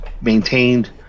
maintained